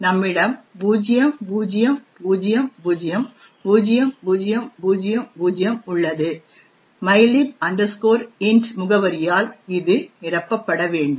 எனவே நம்மிடம் 0000 0000 உள்ளது mylib int முகவரியால் இது நிரப்பப்பட வேண்டும்